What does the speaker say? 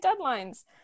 deadlines